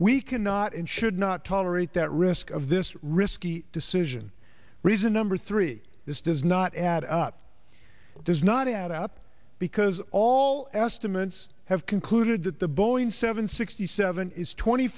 we cannot and should not tolerate that risk of this risky decision reason number three this does not add up does not add up because all estimates have concluded that the boeing seven sixty seven is twenty